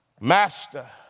Master